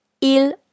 Il